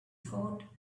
thought